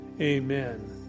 Amen